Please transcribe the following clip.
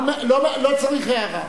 לא צריך הערה.